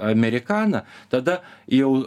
amerikana tada jau